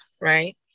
right